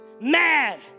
mad